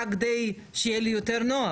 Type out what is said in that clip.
רק כדי שיהיה לי יותר נוח,